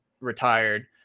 retired